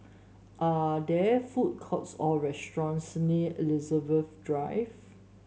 are there food courts or restaurants near Elizabeth Drive